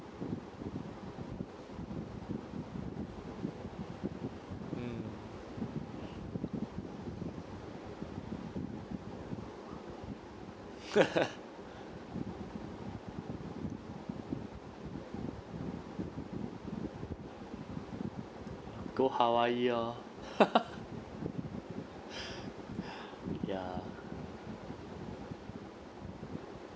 mm go hawaii orh ya